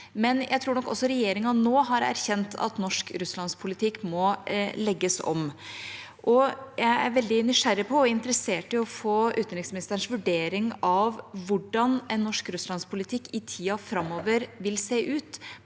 Jeg tror at regjeringa nå har erkjent at norsk russlandspolitikk må legges om. Jeg er veldig nysgjerrig på og interessert i å få utenriksministerens vurdering av hvordan en norsk russlandspolitikk vil se ut